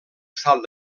salt